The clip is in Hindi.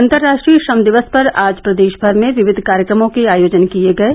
अन्तर्राश्ट्रीय श्रम दिवस पर आज प्रदेष भर में विविध कार्यक्रमों के आयोजन किये गये